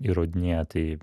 įrodinėja tai